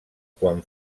quan